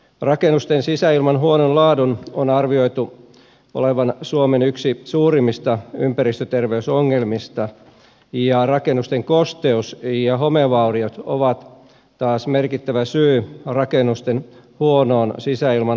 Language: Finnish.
rakennusten sisäilman huonon laadun on arvioitu olevan suomen yksi suurimmista ympäristöterveysongelmista ja rakennusten kosteus ja homevauriot taas ovat merkittävä syy rakennusten huonoon sisäilman laatuun